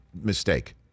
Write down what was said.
mistake